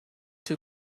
too